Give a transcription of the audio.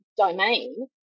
domain